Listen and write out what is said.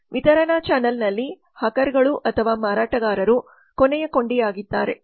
ವಿತರಣಾ ಚಾನಲ್ನಲ್ಲಿ ಹಾಕರ್ಗಳು ಅಥವಾ ಮಾರಾಟಗಾರರು ಕೊನೆಯ ಕೊಂಡಿಯಾಗಿದ್ದಾರೆ